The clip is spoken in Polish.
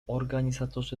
organizatorzy